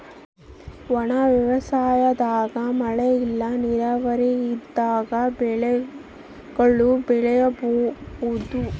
ಒಣ ವ್ಯವಸಾಯದಾಗ ಮಳೆ ಇಲ್ಲ ನೀರಾವರಿ ಇಲ್ದಂಗ ಬೆಳೆಗುಳ್ನ ಬೆಳಿಬೋಒದು